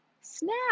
snap